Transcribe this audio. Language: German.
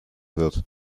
wird